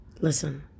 Listen